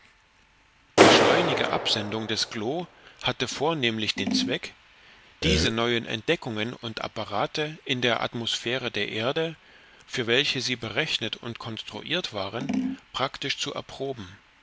die schleunige absendung des glo hatte vornehmlich den zweck diese neuen entdeckungen und apparate in der atmosphäre der erde für welche sie berechnet und konstruiert waren praktisch zu erproben